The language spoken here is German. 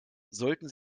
sollten